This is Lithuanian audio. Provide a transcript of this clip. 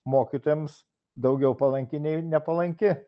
mokytojams daugiau palanki nei nepalanki